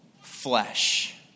flesh